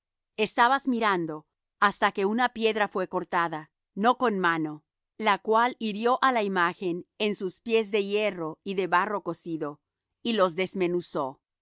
estabas mirando hasta que una piedra fué cortada no con mano la cual hirió á la imagen en sus pies de hierro y de barro cocido y los desmenuzó